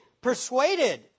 persuaded